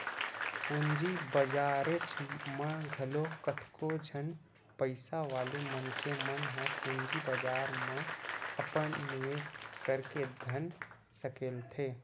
पूंजी बजारेच म घलो कतको झन पइसा वाले मनखे मन ह पूंजी बजार म अपन निवेस करके धन सकेलथे